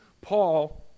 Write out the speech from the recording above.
Paul